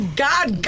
god